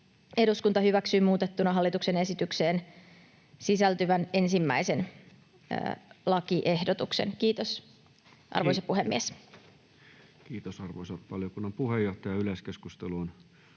eduskunta hyväksyy muutettuna hallituksen esitykseen sisältyvän 1. lakiehdotuksen. — Kiitos, arvoisa puhemies. Kiitos, arvoisa valiokunnan puheenjohtaja. Ensimmäiseen